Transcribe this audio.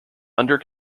under